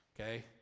okay